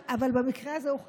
אבל במקרה הזה הוא חוסל,